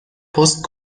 پست